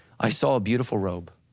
i saw a beautiful robe.